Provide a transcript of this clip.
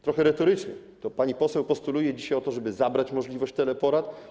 Trochę retorycznie - to pani poseł postuluje dzisiaj o to, żeby zabrać możliwość teleporad?